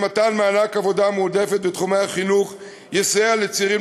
שמתן מענק עבודה מועדפת בתחומי החינוך יסייע לצעירים